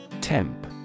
Temp